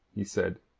he said.